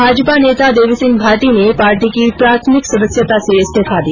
भाजपा नेता देवी सिंह भाटी ने पार्टी की प्राथमिक सदस्यता से इस्तीफा दिया